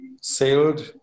sailed